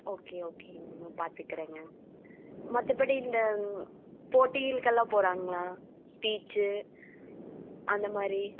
okay ஓகேங்க நான் பார்த்துக்குறேங்க மற்றபடி இந்த போட்டிகளுக்கெல்லாம் போகிறாங்களா ஸ்பீச்சு அந்த மாதிரி